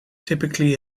typically